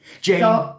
Jane